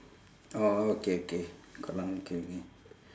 orh okay okay klang K okay